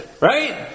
Right